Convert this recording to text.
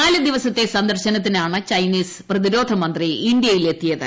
നാല് ദിവസത്തെ സന്ദർശനത്തിനാണ് ചൈനീസ് പ്രതിരോധ മന്ത്രി ഇന്ത്യയിലെത്തിയത്